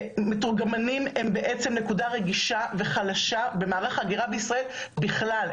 מתורגמנים הם בעצם נקודה רגישה וחלשה במערך ההגירה בישראל בכלל.